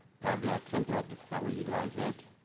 power bi ah template, how we utilize it.